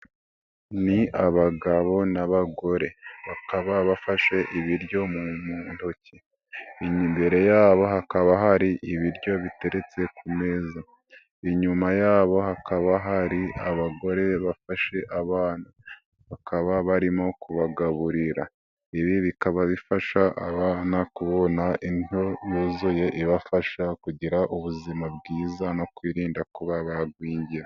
Ni abagabo n'abagore bakaba bafashe ibiryo mu ntoki, imbere yabo hakaba hari ibiryo biteretse ku meza inyuma yabo hakaba hari abagore bafashe abana, bakaba barimo kubagaburira. Ibi bikaba bifasha abana kubona indyo yuzuye ibafasha kugira ubuzima bwiza no kwirinda kuba bagwingira.